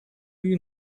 you